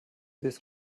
this